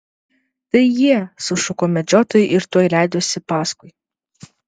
tai jie sušuko medžiotojai ir tuoj leidosi paskui